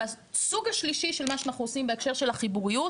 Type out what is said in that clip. הסוג השלישי בהקשר למה שאנחנו עושים בהקשר של החיבוריות,